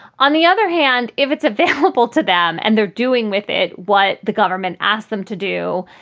on the other hand, if it's available to them and they're doing with it what the government asked them to do.